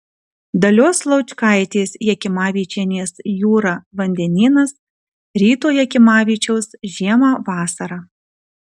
dalios laučkaitės jakimavičienės jūra vandenynas ryto jakimavičiaus žiemą vasarą